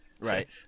Right